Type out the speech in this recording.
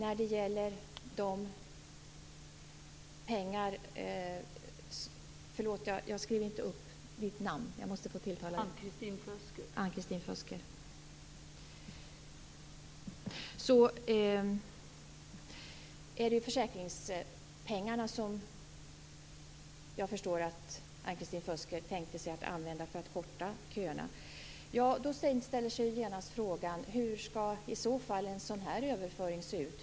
Jag förstår att det är försäkringspengarna som Ann-Kristin Føsker tänkte sig att använda för att korta köerna. Då inställer sig genast en rad frågor: Hur skall i så fall en sådan överföring se ut?